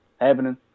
happening